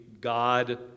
God